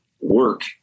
work